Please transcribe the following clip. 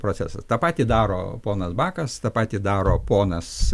procesas tą patį daro ponas bakas tą patį daro ponas